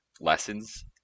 lessons